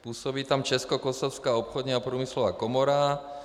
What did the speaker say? Působí tam Českokosovská obchodní a průmyslová komora.